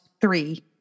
three